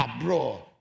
abroad